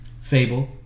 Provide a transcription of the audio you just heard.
Fable